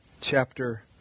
chapter